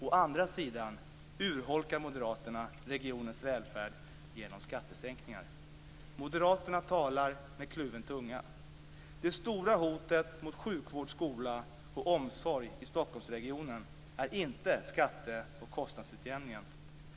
Å andra sidan urholkar moderaterna regionens välfärd genom skattesänkningar. Moderaterna talar med kluven tunga. Det stora hotet mot sjukvård, skola och omsorg i Stockholmsregionen är inte skatte och kostnadsutjämningen.